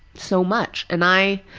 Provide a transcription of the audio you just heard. so much. and i,